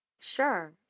Sure